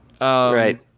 right